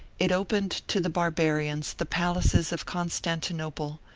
it opened to the barbarians the palaces of constantinople,